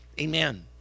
Amen